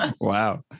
Wow